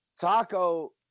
Taco